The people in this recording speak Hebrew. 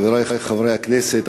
חברי חברי הכנסת,